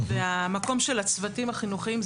והמקום של הצוותים החינוכיים.